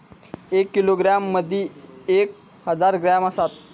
एक किलोग्रॅम मदि एक हजार ग्रॅम असात